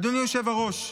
אדוני היושב-ראש,